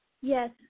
Yes